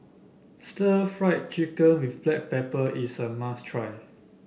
stir Fry Chicken with Black Pepper is a must try